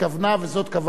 וזאת כוונתה,